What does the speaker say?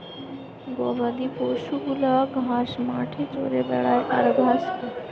গবাদি পশু গুলা ঘাস মাঠে চরে বেড়ায় আর ঘাস খায়